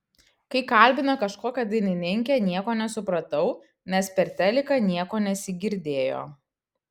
kai kalbino kažkokią dainininkę nieko nesupratau nes per teliką nieko nesigirdėjo